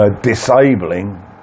disabling